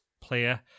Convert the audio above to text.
Player